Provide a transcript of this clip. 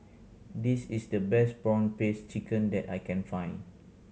this is the best prawn paste chicken that I can find